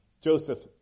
Joseph